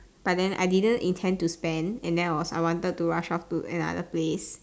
but then I didn't intend to spend and then I was I wanted to rush off to another place